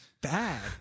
Bad